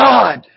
God